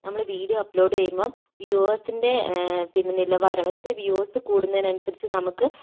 നമ്മള് video upload ചെയ്യുമ്പം വ്യൂവേഴ്സിൻറ്റെ പിന്നെ നിലവാരം എത്ര വ്യൂവേഴ്സ് കൂടുന്നതിനനുസരിച്ച് നമുക്ക്